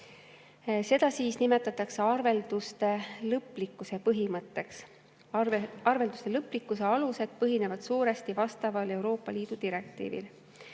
Seda nimetatakse arvelduste lõplikkuse põhimõtteks. Arvelduste lõplikkuse alused põhinevad suuresti vastaval Euroopa Liidu direktiivil.